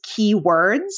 keywords